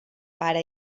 pare